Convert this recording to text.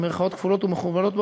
במירכאות כפולות ומכופלות,